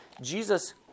Jesus